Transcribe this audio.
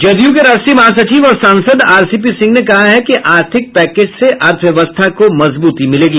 जदयू के राष्ट्रीय महासचिव और सांसद आरसीपी सिंह ने कहा है कि आर्थिक पैकेज से अर्थव्यवस्था को मजबूती मिलेगी